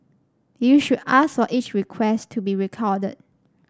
you should ask for each request to be recorded